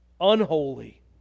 unholy